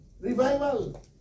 Revival